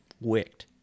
wicked